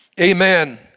amen